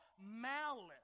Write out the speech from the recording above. malice